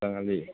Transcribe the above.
बाङालि